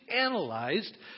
analyzed